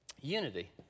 unity